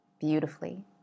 beautifully